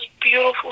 beautiful